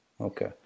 Okay